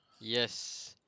yes